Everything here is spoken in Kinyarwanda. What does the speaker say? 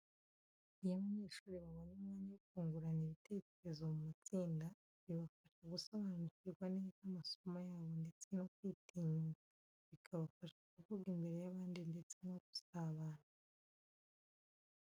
Iyo abanyeshuri babonye umwanya wo kungurana ibitekerezo mu matsinda, bibafasha gusobanukirwa neza amasomo yabo ndetse no kwitinyuka, bikabafasha kuvuga imbere y’abandi ndetse no gusabana.